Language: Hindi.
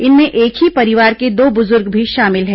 इनमें एक ही परिवार के दो बुजुर्ग भी शामिल हैं